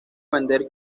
vender